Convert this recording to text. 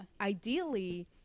ideally